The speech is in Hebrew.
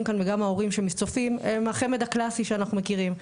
כאן וגם ההורים שצופים הם החמ"ד הקלאסי שאנחנו מכירים,